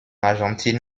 argentine